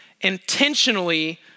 intentionally